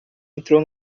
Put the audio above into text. entrou